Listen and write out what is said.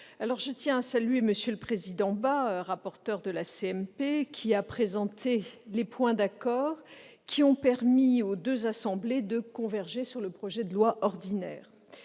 Je tiens à saluer M. le président Bas, rapporteur de la CMP, qui a présenté les points d'accord ayant permis aux deux assemblées de converger sur le projet de loi ordinaire.